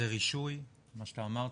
רישוי מה שאמרת,